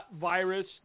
virus